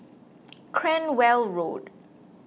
Cranwell Road